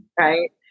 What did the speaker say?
right